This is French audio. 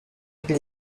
îles